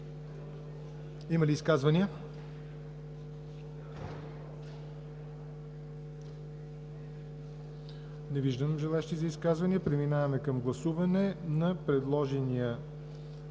Има ли изказвания? Не виждам желаещи за изказвания. Преминаваме към гласуване на предложените